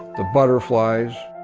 the butterflies,